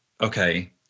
okay